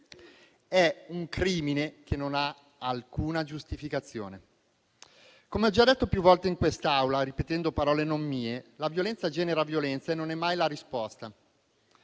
è un crimine che non ha alcuna giustificazione. Come ho già detto più volte in quest'Aula ripetendo parole non mie, la violenza genera violenza e non è mai la risposta.